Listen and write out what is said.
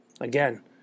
Again